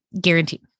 Guaranteed